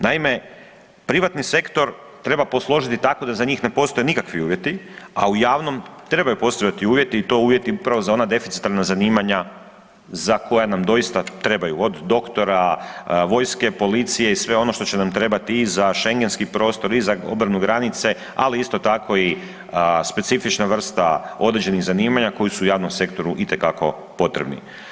Naime, privatni sektor treba posložiti tako da za njih ne postoje nikakvi uvjeti, a u javnom trebaju postojati uvjeti i to uvjeti upravo za ona deficitarna zanimanja za koja nam doista trebaju, od doktora, vojske, policije i sve ono što će nam trebati i za šengenski prostor i za obranu granice, ali isto tako i specifična vrsta određenih zanimanja koji su javnom sektoru itekako potrebni.